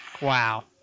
Wow